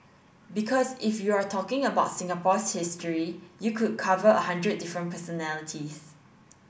because if you're talking about Singapore's history you could cover a hundred different personalities